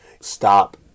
stop